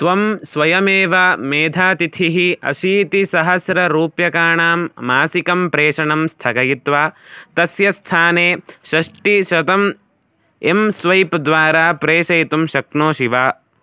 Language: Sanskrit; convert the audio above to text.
त्वं स्वयमेव मेधातिथिः अशीतिसहस्ररूप्यकाणां मासिकं प्रेषणं स्थगयित्वा तस्य स्थाने षष्ठिशतम् एम् स्वैप् द्वारा प्रेषयितुं शक्नोषि वा